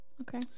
Okay